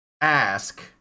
ask